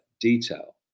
detail